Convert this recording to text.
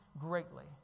greatly